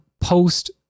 post